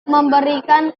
memberikan